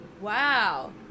Wow